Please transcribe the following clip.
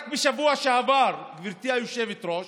רק בשבוע שעבר, גברתי היושבת-ראש,